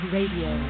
Radio